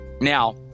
now